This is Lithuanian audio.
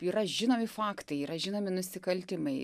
yra žinomi faktai yra žinomi nusikaltimai